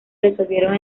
resolvieron